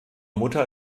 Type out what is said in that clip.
mutter